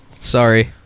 sorry